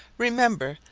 remember,